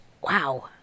Wow